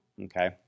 Okay